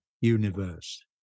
universe